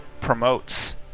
promotes